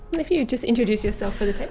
if you'd just introduce yourself for the tape?